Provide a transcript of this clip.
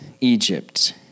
Egypt